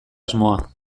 asmoa